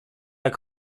jak